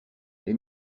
les